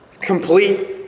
complete